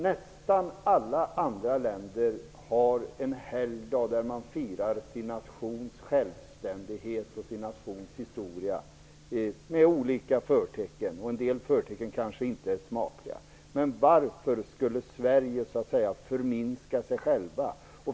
Nästan alla andra länder har en helgdag då man firar sin nations självständighet och historia med olika förtecken. En del förtecken är kanske inte smakliga. Men varför skulle vi i Sverige förminska oss själva?